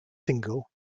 single